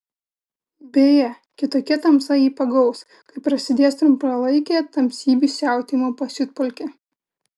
beje kitokia tamsa jį pagaus kai prasidės trumpalaikė tamsybių siautėjimo pasiutpolkė